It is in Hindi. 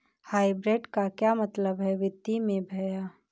हाइब्रिड का क्या मतलब है वित्तीय में भैया?